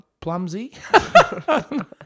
Plumsy